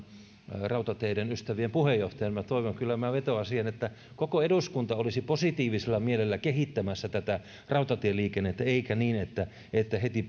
rautateiden ystävien puheenjohtajana minä toivon kyllä ja vetoan siihen että koko eduskunta olisi positiivisella mielellä kehittämässä tätä rautatieliikennettä eikä niin että että heti